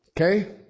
Okay